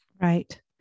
Right